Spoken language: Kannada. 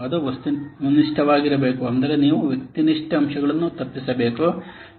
ಅದು ವಸ್ತುನಿಷ್ಠವಾಗಿರಬೇಕು ಅಂದರೆ ನೀವು ವ್ಯಕ್ತಿನಿಷ್ಠ ಅಂಶಗಳನ್ನು ತಪ್ಪಿಸಬೇಕು